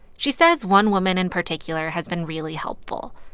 she says one woman in particular has been really helpful.